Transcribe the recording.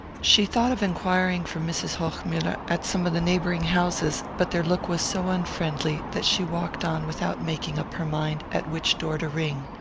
she thought of enquiring for mrs. hochmuller at some of the neighbouring houses, but their look was so unfriendly that she walked on without making up her mind at which door to ring.